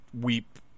weep